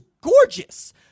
gorgeous